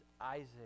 Isaac